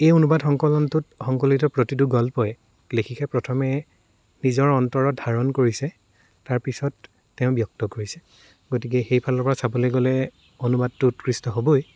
এই অনুবাদ সংকলনটোত সংকলিত প্ৰতিটো গল্পই লেখিকাই প্ৰথমে নিজৰ অন্তৰত ধাৰণ কৰিছে তাৰ পিছত তেওঁ ব্যক্ত কৰিছে গতিকে সেই ফালৰ পৰা চাবলৈ গ'লে অনুবাদটো উৎকৃষ্ট হ'বই